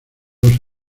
dos